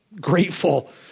grateful